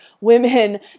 women